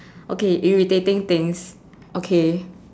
okay irritating things okay